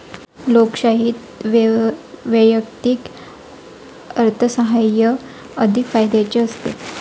लोकशाहीत वैयक्तिक अर्थसाहाय्य अधिक फायद्याचे असते